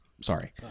Sorry